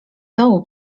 dołu